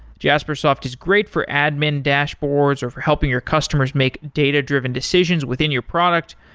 jaspersoft is great for admin dashboards or for helping your customers make data-driven decisions within your product,